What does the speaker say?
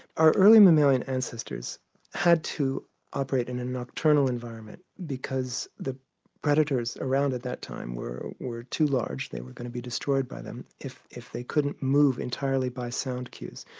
our early mammalian ancestors had to operate in a nocturnal environment because the predators around at that time were were too large, they were going to be destroyed by them if if they couldn't move entirely by sound cues.